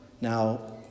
Now